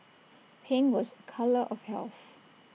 pink was A colour of health